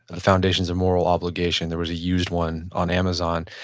the foundations of moral obligation. there was a used one on amazon.